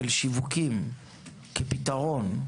שיווקים כפתרון,